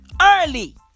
early